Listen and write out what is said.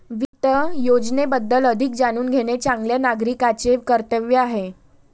वित्त योजनेबद्दल अधिक जाणून घेणे चांगल्या नागरिकाचे कर्तव्य आहे